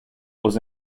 was